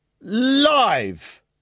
live